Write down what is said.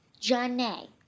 Janae